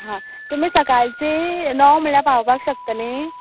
हां तुमी सकाळचीं णव म्हळ्या पावपाक शकतलीं